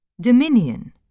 Dominion